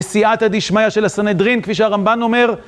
בסיעתא דשמיא של הסנהדרין, כפי שהרמב"ן אומר.